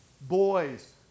Boys